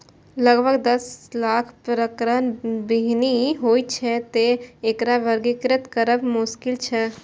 लगभग दस लाख प्रकारक बीहनि होइ छै, तें एकरा वर्गीकृत करब मोश्किल छै